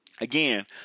again